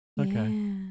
Okay